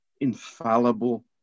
infallible